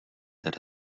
that